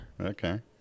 Okay